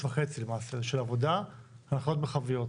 חודש וחצי למעשה של עבודה להנחיות המרחביות,